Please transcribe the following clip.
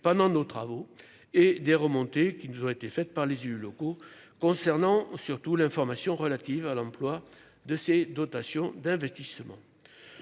pendant nos travaux et des remontées qui nous ont été faites par les Hug locaux concernant surtout l'information relative à l'emploi de ces dotations d'investissement,